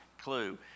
clue